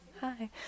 Hi